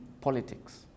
politics